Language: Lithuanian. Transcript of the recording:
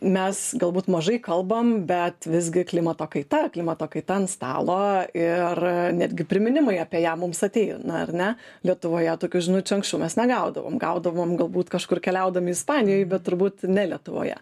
mes galbūt mažai kalbam bet visgi klimato kaita klimato kaita ant stalo ir netgi priminimai apie ją mums atėjo na ar ne lietuvoje tokių žinučių anksčiau mes negaudavom gaudavom galbūt kažkur keliaudami ispanijoj bet turbūt ne lietuvoje